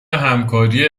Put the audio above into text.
همکاری